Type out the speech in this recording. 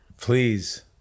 please